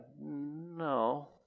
No